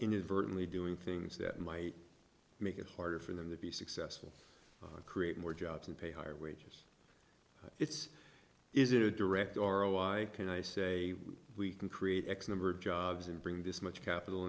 inadvertently doing things that might make it harder for them to be successful and create more jobs and pay higher wages it's easy to direct our oh i can i say we can create x number of jobs and bring this much capital